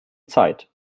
zeit